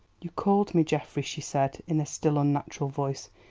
you called me, geoffrey, she said, in a still, unnatural voice.